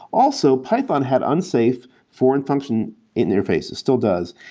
also, python had unsafe foreign function interface. it still does.